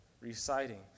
reciting